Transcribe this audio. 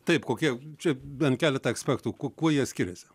taip kokie šiaip bent keletą aspektų kuo kuo jie skiriasi